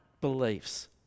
beliefs